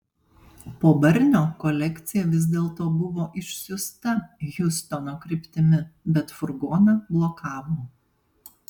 po barnio kolekcija vis dėlto buvo išsiųsta hjustono kryptimi bet furgoną blokavo